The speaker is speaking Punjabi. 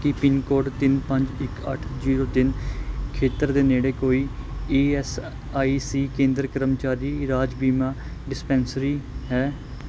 ਕੀ ਪਿੰਨ ਕੋਡ ਤਿੰਨ ਪੰਜ ਇੱਕ ਅੱਠ ਜ਼ੀਰੋ ਤਿੰਨ ਖੇਤਰ ਦੇ ਨੇੜੇ ਕੋਈ ਈ ਐੱਸ ਆਈ ਸੀ ਕੇਂਦਰ ਕਰਮਚਾਰੀ ਰਾਜ ਬੀਮਾ ਡਿਸਪੈਂਸਰੀ ਹੈ